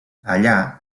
allà